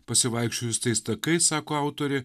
pasivaikščiojus tais takais sako autorė